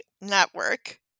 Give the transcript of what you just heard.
Network